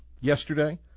yesterday